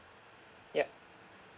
yup